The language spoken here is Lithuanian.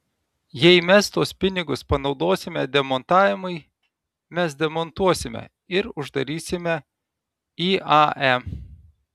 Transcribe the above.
jei mes tuos pinigus panaudosime demontavimui mes demontuosime ir uždarysime iae